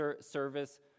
service